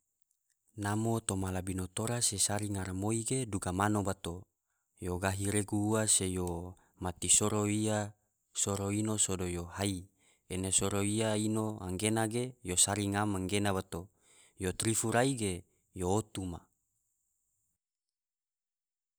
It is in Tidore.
Namo toma labino tora se sari ngaramoi ge duga mano bato, yo gahi regu ua se yo mati soro iya, soro ino sodo yo hai, ene soro iya ino gena ge yo sari ngam gena bato, yo tarifu rai ge yo otu ma'.